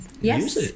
yes